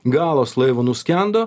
galas laivo nuskendo